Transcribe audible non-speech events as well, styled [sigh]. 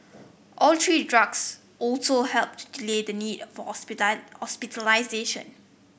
all three drugs also helped delay the need for [unintelligible] hospitalisation